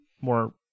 more